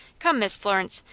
come, miss florence,